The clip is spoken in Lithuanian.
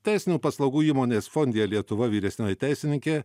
teisinių paslaugų įmonės fondia lietuva vyresnioji teisininkė